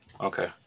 Okay